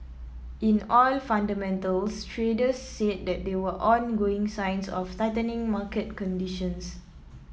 in oil fundamentals traders said that there were ongoing signs of tightening market conditions